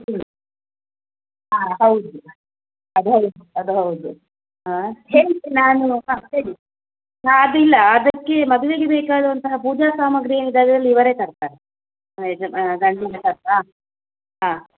ಹ್ಞೂ ಹಾಂ ಹಾಂ ಹೌದು ಅದು ಹೌದು ಅದು ಹೌದು ಹಾಂ ಹೇಳ್ತೀನಿ ನಾನು ಹಾಂ ಹೇಳಿ ಹಾಂ ಅದು ಇಲ್ಲ ಅದಕ್ಕೆ ಮದುವೆಗೆ ಬೇಕಾದಂತಹ ಪೂಜಾ ಸಾಮಗ್ರಿ ಏನಿದ್ದಾವೆ ಎಲ್ಲ ಇವರೇ ತರ್ತಾರೆ ಯಜ ಗಂಡಿನ ತರ್ತ್ ಹಾಂ ಹಾಂ